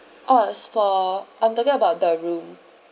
oh it's for I'm talking about the room